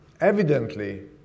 evidently